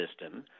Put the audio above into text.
system